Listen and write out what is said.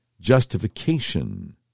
justification